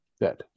Dead